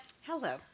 Hello